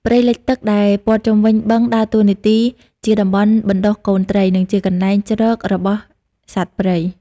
ព្រៃលិចទឹកដែលព័ទ្ធជុំវិញបឹងដើរតួនាទីជាតំបន់បណ្តុះកូនត្រី និងជាកន្លែងជ្រករបស់សត្វព្រៃ។